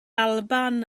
alban